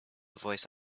voice